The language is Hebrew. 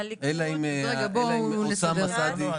אלא אם אוסאמה סעדי --- לא, לא.